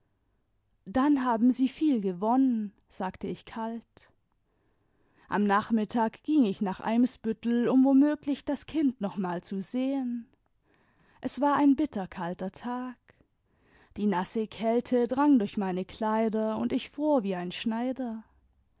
dann haben sie viel gewonnen sagte ich kalt am nachmittag ging ich nach eimsbüttel um womöglich das kind noch mal zu sehen es war ein bitterkalter tag die nasse kälte drang durch meine kleider imd ich fror wie ein schneider